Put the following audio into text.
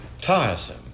tiresome